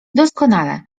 doskonale